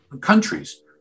countries